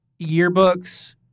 yearbooks